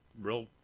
real